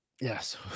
Yes